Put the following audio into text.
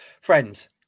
Friends